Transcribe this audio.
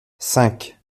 cinq